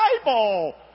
bible